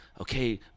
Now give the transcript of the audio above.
okay